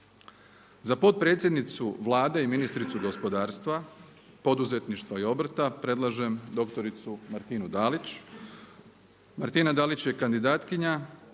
Za potpredsjednicu Vlade i ministricu gospodarstva, poduzetništva i obrta predlažem doktoricu Martinu Dalić. Martina Dalić je kandidatkinja